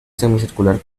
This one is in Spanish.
semicircular